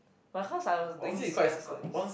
but cause I was doing sales all these